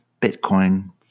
Bitcoin